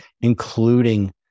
including